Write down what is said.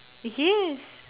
yes she